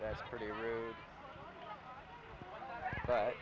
that's pretty rude but